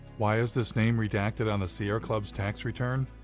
why is this name redacted on the sierra club's tax return?